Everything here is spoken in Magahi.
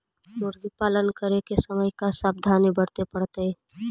मुर्गी पालन करे के समय का सावधानी वर्तें पड़तई?